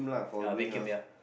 ya vacuum ya